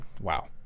wow